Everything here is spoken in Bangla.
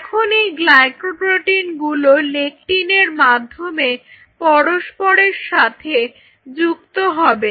এখন এই গ্লাইকোপ্রোটিনগুলো লেকটিনের মাধ্যমে পরস্পরের সাথে যুক্ত হবে